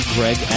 Greg